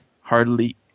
hardly